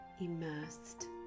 immersed